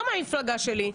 לא מהמפלגה שלי,